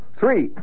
three